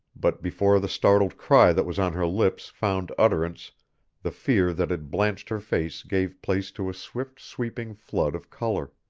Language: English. but before the startled cry that was on her lips found utterance the fear that had blanched her face gave place to a swift sweeping flood of color.